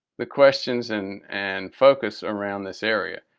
the questions and and focus around this area.